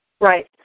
Right